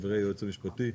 חברי היועץ המשפטי,